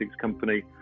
company